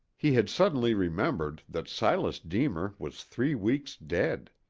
he had suddenly remembered that silas deemer was three weeks dead.